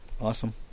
awesome